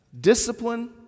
Discipline